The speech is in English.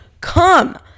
come